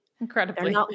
Incredibly